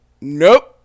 nope